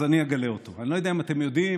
אז אני אגלה אותו: אני לא יודע אם אתם יודעים,